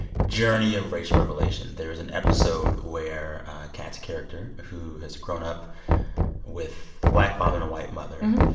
journey of racial revelation. there is an episode where kat's character, who has grown up with a black father and a white mother,